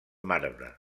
marbre